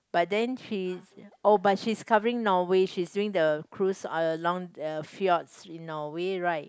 but then she is oh she is covering Norway she is doing the cruise uh the long field outs in Norway right